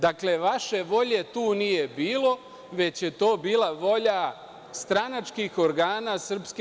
Dakle, vaše volje tu nije bilo, već je to bila volja stranačkih organa SRS.